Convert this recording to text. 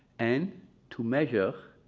and to measure